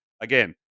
again